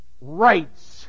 rights